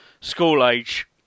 school-age